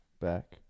back